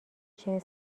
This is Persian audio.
چنین